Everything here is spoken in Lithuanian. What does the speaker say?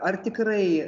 ar tikrai